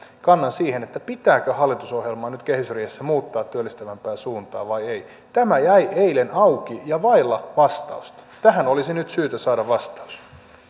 kannan siihen pitääkö hallitusohjelmaa nyt kehysriihessä muuttaa työllistävämpään suuntaan vai ei tämä jäi eilen auki ja vaille vastausta tähän olisi nyt syytä saada vastaus